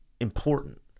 important